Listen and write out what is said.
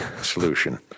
solution